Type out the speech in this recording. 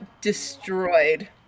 destroyed